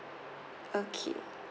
okay